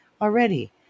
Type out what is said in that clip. already